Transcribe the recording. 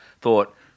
thought